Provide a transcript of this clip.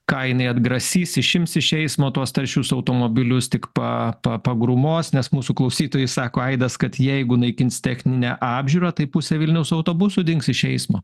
ką jinai atgrasys išims iš eismo tuos taršius automobilius tik pa pa pa pagrūmos nes mūsų klausytojai sako aidas kad jeigu naikins techninę apžiūrą tai pusė vilniaus autobusų dings iš eismo